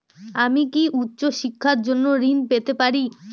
আমি কি উচ্চ শিক্ষার জন্য ঋণ পেতে পারি?